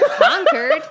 conquered